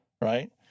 right